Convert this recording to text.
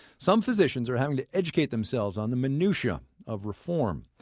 some physicians are having to educate themselves on the minutiae of reform.